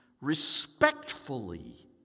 respectfully